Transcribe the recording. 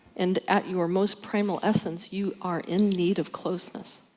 and at your most primal essence you are in need of closeness.